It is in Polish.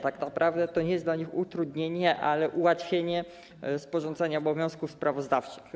Tak naprawdę to nie jest dla nich utrudnienie, ale ułatwienie w przypadku realizowania obowiązków sprawozdawczych.